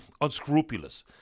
unscrupulous